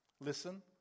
Listen